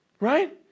Right